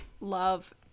love